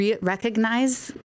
recognize